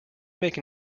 make